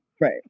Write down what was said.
right